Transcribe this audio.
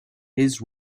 his